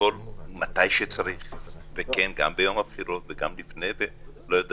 גם ביום הבחירות ולהיות